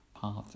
path